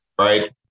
right